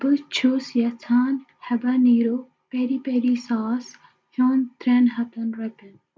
بہٕ چھُس یژھان ہیبہ نیٖرو پٮ۪ری پٮ۪ری ساس ہیوٚن ترٛٮ۪ن ہَتَن رۄپیَن